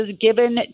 given